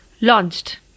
launched